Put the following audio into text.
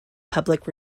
public